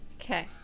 Okay